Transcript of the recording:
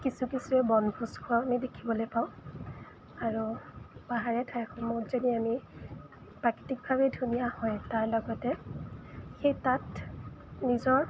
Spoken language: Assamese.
কিছু কিছুৱে বনভোজ খোৱাও আমি দেখিবলৈ পাওঁ আৰু পাহাৰীয়া ঠাইসমূহ যদি আমি প্ৰাকৃতিকভাৱে ধুনীয়া হয় তাৰ লগতে সেই তাত নিজৰ